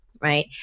right